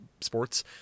sports